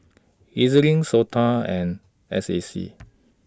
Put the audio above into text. E Z LINK Sota and S A C